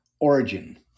origin